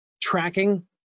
tracking